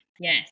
Yes